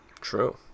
True